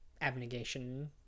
abnegation